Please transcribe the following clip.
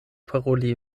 paroli